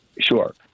Sure